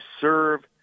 serve